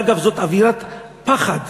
ואגב, זאת אווירת פחד.